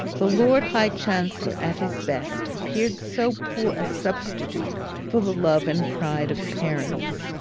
the lord high chancellor, at his best, appeared so poor a substitute for the love and pride of parents.